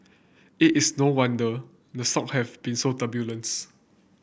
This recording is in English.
it is no wonder the stock have been so turbulence